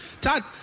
Todd